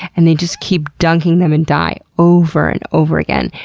and they just keep dunking them in dye, over and over again.